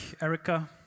Erika